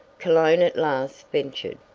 cologne at last ventured,